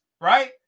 right